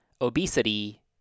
Obesity